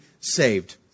saved